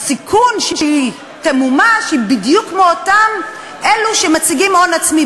הסיכון שהיא תמומש הוא בדיוק כמו אצל אותם אלה שמציגים הון עצמי,